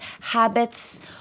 habits